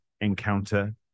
encounter